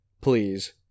please